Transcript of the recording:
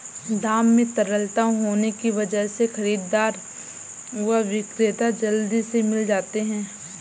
दाम में तरलता होने की वजह से खरीददार व विक्रेता जल्दी से मिल जाते है